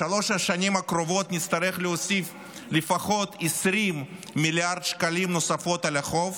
בשלוש השנים הקרובות נצטרך להוסיף לפחות 20 מיליארד שקלים על החוב